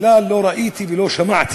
בכלל לא ראיתי ולא שמעתי.